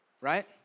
right